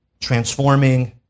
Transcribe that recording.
transforming